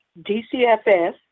DCFS